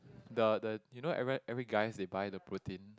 the the you know everyone every guys they buy the protein